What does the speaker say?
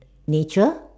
nature